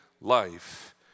life